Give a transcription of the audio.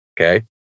Okay